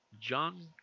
john